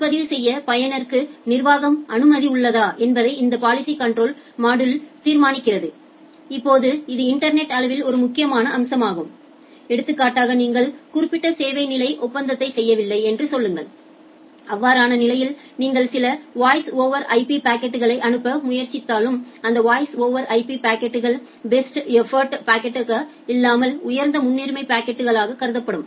முன்பதிவு செய்ய பயனருக்கு நிர்வாக அனுமதி உள்ளதா என்பதை இந்த பாலிசி கன்ட்ரோல் மாடுலே தீர்மானிக்கிறது இப்போது இது இன்டர்நெட் அளவில் ஒரு முக்கியமான அம்சமாகும் எடுத்துக்காட்டாக நீங்கள் குறிப்பிட்ட சேவை நிலை ஒப்பந்தத்தை செய்யவில்லை என்று சொல்லுங்கள் அவ்வாறான நிலையில் நீங்கள் சில வாய்ஸ் ஓவர் ஐபி பாக்கெட்களை அனுப்ப முயற்சித்தாலும் அந்த வாய்ஸ் ஓவர் ஐபி பாக்கெட்கள் பெஸ்ட் எஃபோர்ட் பாக்கெட்டாக இல்லாமல் உயர்ந்த முன்னுரிமை பாக்கெட்களாக கருதப்படும்